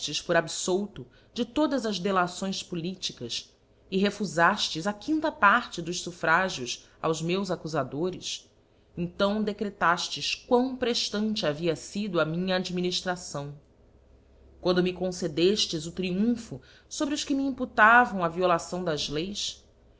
por abfolto de todas as delações politicas e refufaíles a quinta parte dos fuffragios aos meus accufadores então decretaftes quão preftante havia fido a minha adminiftração quando me concedeftes o triumpho fobre os que me imputavam a violação das leis